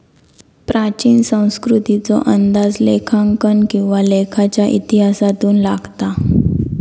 प्राचीन संस्कृतीचो अंदाज लेखांकन किंवा लेखाच्या इतिहासातून लागता